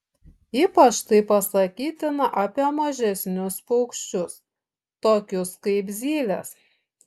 ypač tai pasakytina apie mažesnius paukščius tokius kaip zylės